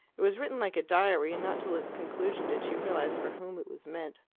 it was written like a diary, and not till its conclusion did she realize for whom it was meant.